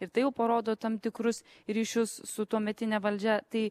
ir tai jau parodo tam tikrus ryšius su tuometine valdžia tai